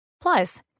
Plus